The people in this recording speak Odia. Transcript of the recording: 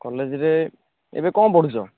କଲେଜ୍ରେ ଏବେ କ'ଣ ପଢୁଛ